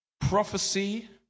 Prophecy